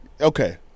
Okay